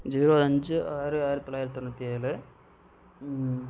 zero அஞ்சு ஆறு ஆறு தொள்ளாயிரத்து தொண்ணூற்றி ஏழு